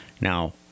Now